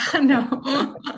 no